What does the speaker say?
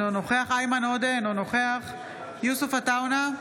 אינו נוכח איימן עודה, אינו נוכח יוסף עטאונה,